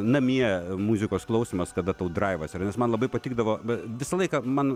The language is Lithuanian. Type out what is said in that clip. namie muzikos klausymas kada tau draivas yra nes man labai patikdavo bet visą laiką man